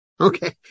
Okay